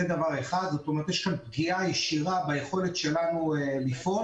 כך שיש כאן פגיעה ישירה ביכולת שלנו לפעול